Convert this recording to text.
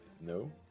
no